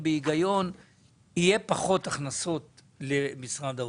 בהיגיון יהיה פחות הכנסות למשרד האוצר,